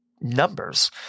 numbers